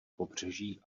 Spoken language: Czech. pobřeží